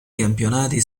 campionati